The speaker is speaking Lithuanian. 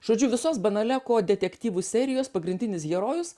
žodžiu visos banaleko detektyvų serijos pagrindinis herojus